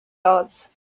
guards